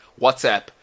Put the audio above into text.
WhatsApp